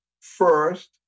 first